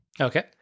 Okay